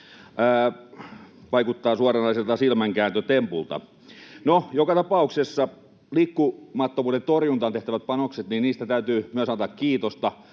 Vaikuttaa suoranaiselta silmänkääntötempulta. No, joka tapauksessa liikkumattomuuden torjuntaan tehtävistä panoksista täytyy myös antaa kiitosta,